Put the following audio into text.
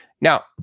Now